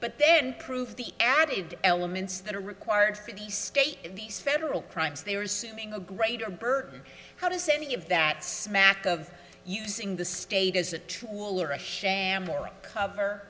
but then prove the added elements that are required for the state these federal crimes they were assuming a greater burden how does any of that smack of using the state as a tool or a sham or